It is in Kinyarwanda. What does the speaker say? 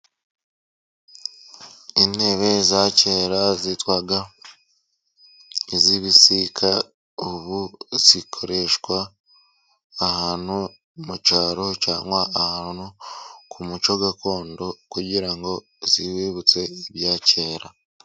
Intebe za kera zitwaga iz'ibisika ubu zikoreshwa ahantu mu cyaro, cyangwa ahantu ku muco gakondo kugira ngo zibibutse ibya kera.